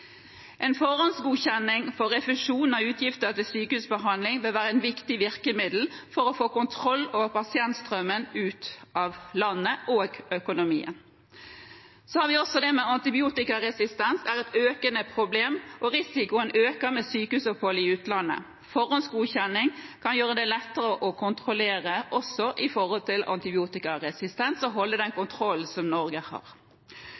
En forhåndsgodkjenning av refusjon av utgifter til sykehusbehandling vil være et viktig virkemiddel for å få kontroll over pasientstrømmen ut av landet og økonomien. Så har vi også det med antibiotikaresistens, som er et økende problem, og risikoen øker med sykehusopphold i utlandet. Forhåndsgodkjenning kan gjøre det lettere å holde den kontrollen som Norge har